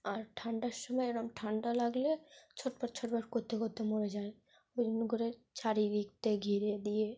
আর ঠান্ডার সময় এরকম ঠান্ডা লাগলে ছটফট ছটফট করতে করতে মরে যায় ওই জন্য করে চারিদিকটা ঘিরে দিয়ে